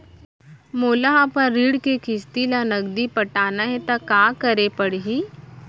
मोला अपन ऋण के किसती ला नगदी पटाना हे ता का करे पड़ही?